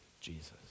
Jesus